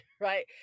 right